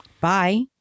bye